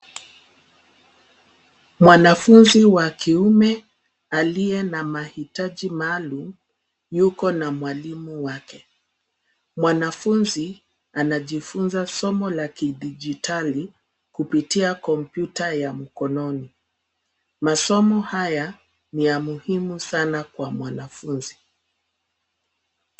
Mwanafunzi wa kiume aliye na mahitaji maalum, yuko na mwalimu wake. Mwanafunzi anajifunza somo la kidijitali kupitia kompyuta ya mkononi. Masomo haya ni ya muhimu sana kwa mwanafunzi.